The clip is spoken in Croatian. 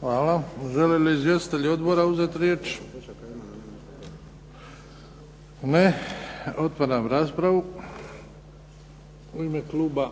Hvala. Žele li izvjestitelji odbora uzeti riječ? Ne. Otvaram raspravu. U ime kluba